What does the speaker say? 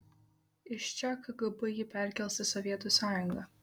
iš čia kgb jį perkels į sovietų sąjungą